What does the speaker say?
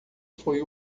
foi